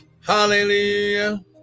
Hallelujah